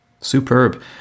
Superb